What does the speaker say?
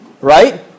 Right